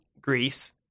Greece